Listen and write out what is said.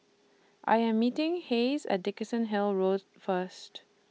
I Am meeting Hayes At Dickenson Hill Road First